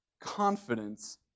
confidence